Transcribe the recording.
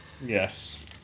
Yes